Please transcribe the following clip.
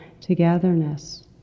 togetherness